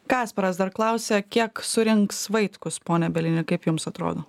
kasparas dar klausia kiek surinks vaitkus pone bielini kaip jums atrodo